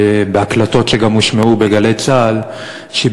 ההקלטות גם הושמעו ב"גלי צה"ל" שהיא